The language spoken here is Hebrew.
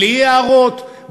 בלי הערות,